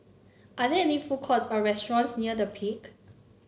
are there food courts or restaurants near The Peak